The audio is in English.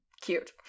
cute